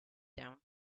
down